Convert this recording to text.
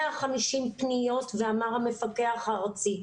150 פניות ואמר המפקח הארצי,